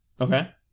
Okay